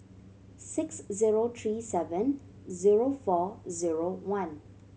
six zero three seven zero four zero one